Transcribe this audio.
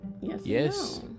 Yes